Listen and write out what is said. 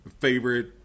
favorite